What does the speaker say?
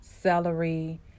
celery